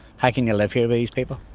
how can you live here with these people?